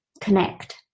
connect